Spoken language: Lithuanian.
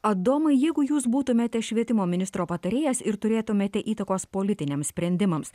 adomai jeigu jūs būtumėte švietimo ministro patarėjas ir turėtumėte įtakos politiniams sprendimams